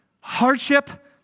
Hardship